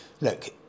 Look